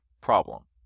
problem